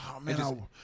Man